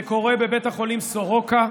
זה קורה בבית החולים סורוקה,